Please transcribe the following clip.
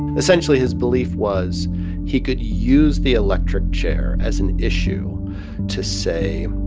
essentially, his belief was he could use the electric chair as an issue to say,